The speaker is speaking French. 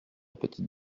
petite